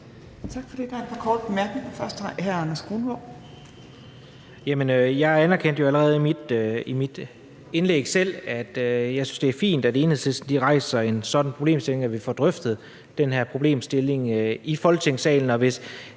jeg anerkendte jo allerede selv i mit indlæg, at jeg synes, det er fint, at Enhedslisten rejser en sådan problemstilling, og at vi får drøftet den her problemstilling i Folketingssalen.